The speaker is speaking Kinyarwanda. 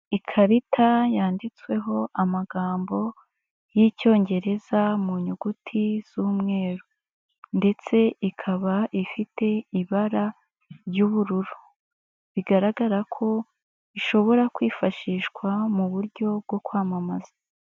Ikarita yanditsweho amagambo y'Icyongereza mu nyuguti z'umweru ndetse ikaba ifite ibara ry'ubururu. Bigaragara ko ishobora kwifashishwa mu buryo bwo kwamamaza.